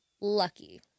lucky